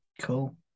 cool